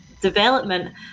development